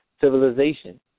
civilization